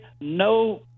no